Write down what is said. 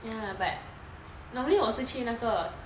ya but normally 我是去那个